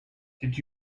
did